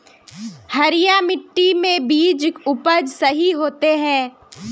हरिया मिट्टी में बीज के उपज सही होते है?